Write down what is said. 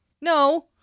no